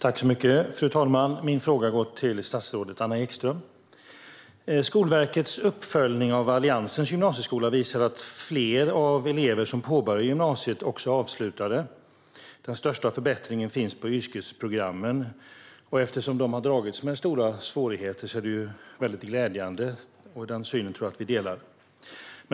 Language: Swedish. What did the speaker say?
Fru talman! Min fråga går till statsrådet Anna Ekström. Skolverkets uppföljning av Alliansens gymnasieskola visar att fler av de elever som påbörjar gymnasiet också avslutar det. Den största förbättringen finns på yrkesprogrammen. Eftersom de har dragits med stora svårigheter är det mycket glädjande, och denna syn tror jag att vi delar.